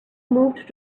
moved